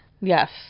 yes